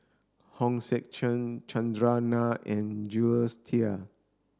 Hong Sek Chern Chandran Nair and Jules Itier